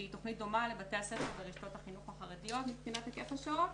שהיא תוכנית לבתי הספר ברשתות החינוך החרדיות מבחינת היקף השעות.